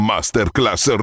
Masterclass